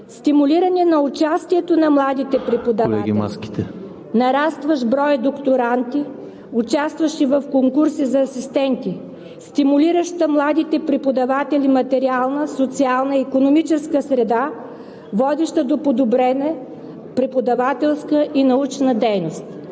Стимулиране на участието на младите преподаватели. Нарастващ брой докторанти, участващи в конкурси за асистенти, стимулираща младите преподаватели материална, социална и икономическа среда, водеща до подобрена преподавателска и научна дейност.